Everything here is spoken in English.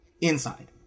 inside